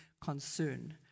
concern